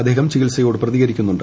അദ്ദേഹം ചികിത്സ്ലയോട് പ്രതികരിക്കുന്നുണ്ട്